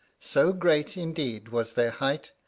so great, indeed, was their height,